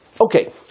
Okay